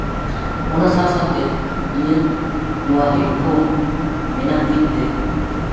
ᱚᱱᱟ ᱥᱟᱶ ᱥᱟᱶᱛᱮ ᱤᱧᱟᱹᱝ ᱱᱚᱣᱟ ᱦᱮᱰᱯᱷᱳᱱ ᱢᱮᱱᱟᱜ ᱛᱤᱧ ᱛᱮ